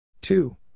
Two